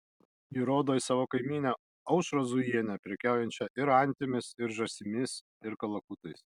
ji rodo į savo kaimynę aušrą zujienę prekiaujančią ir antimis ir žąsimis ir kalakutais